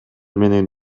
менен